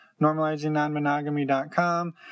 normalizingnonmonogamy.com